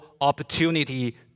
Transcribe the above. opportunity